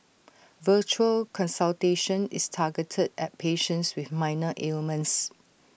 virtual consultation is targeted at patients with minor ailments